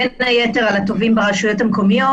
בין היתר על התובעים ברשויות המקומיות.